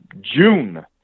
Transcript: June